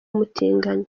umutinganyi